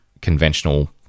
conventional